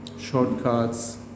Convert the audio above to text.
shortcuts